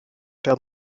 père